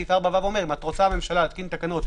סעיף 4 אומר שאם הממשלה רוצה להתקין תקנות,